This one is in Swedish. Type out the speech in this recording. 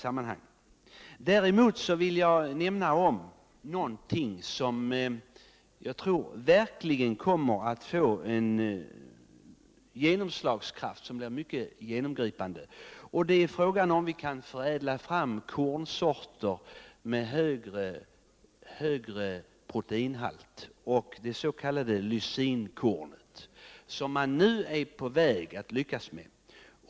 Jag vill däremot nämna någonting som jag tror verkligen kommer att få stor genomslagskraft. Det gäller att kunna förädla fram kornsorter med högre proteinhalt och det s.k. lysinkornet, som vi nu är på väg att lyckas med.